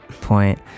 point